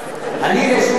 מתי יש פריימריס?